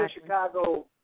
Chicago